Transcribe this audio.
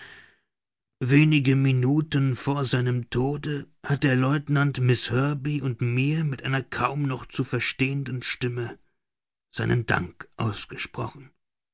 wenige minuten vor seinem tode hat der lieutenant miß herbey und mir mit einer kaum noch zu verstehenden stimme seinen dank ausgesprochen